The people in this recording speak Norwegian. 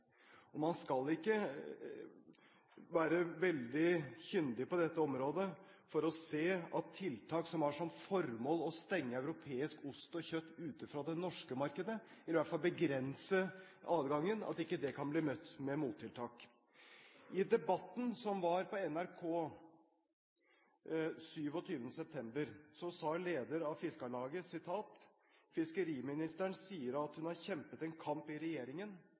Man skal ikke være veldig kyndig på dette området for å se at tiltak som har som formål å stenge europeisk ost og kjøtt ute fra det norske markedet, eller i hvert fall begrense adgangen, kan bli møtt med mottiltak. I Debatten på NRK 27. september sa leder av Fiskarlaget at fiskeriministeren sa: hun har kjempet en kamp i regjeringen